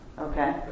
okay